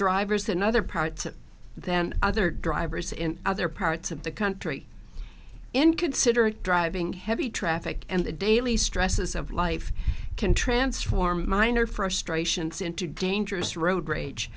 drivers than other parts than other drivers in other parts of the country inconsiderate driving heavy traffic and the daily stresses of life can transform minor frustrations into dangerous road rage